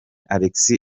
alexis